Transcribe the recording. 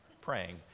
praying